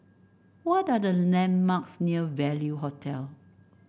what are the landmarks near Value Hotel